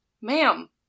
ma'am